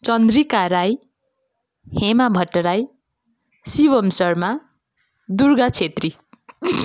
Chandrika Rai Hema Bhattarai Shivam Sarma Durga Chhetri